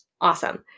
awesome